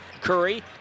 Curry